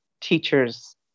teachers